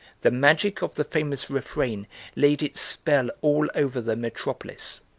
the magic of the famous refrain laid its spell all over the metropolis.